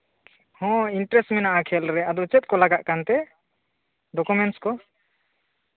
ᱦᱳᱭ ᱤᱱᱴᱟᱨᱮᱥᱴ ᱢᱮᱱᱟᱜᱼᱟ ᱠᱷᱮᱞ ᱨᱮ ᱟᱫᱚ ᱪᱮᱫ ᱠᱚ ᱞᱟᱜᱟᱜ ᱠᱟᱱᱛᱮ ᱰᱚᱠᱳᱢᱮᱱᱴᱥ ᱠᱚ